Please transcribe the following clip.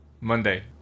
Monday